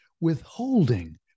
withholding